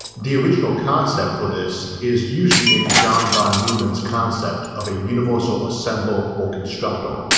the original concept for this is usually in john von neumann's concept of a universal assembler or constructor,